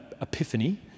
epiphany